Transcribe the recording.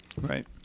Right